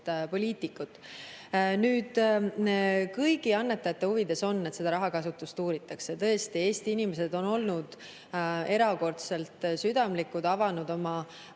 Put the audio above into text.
poliitikut. Kõigi annetajate huvides on, et seda rahakasutust uuritakse. Tõesti, Eesti inimesed on olnud erakordselt südamlikud, avanud oma